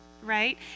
right